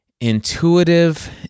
intuitive